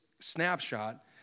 snapshot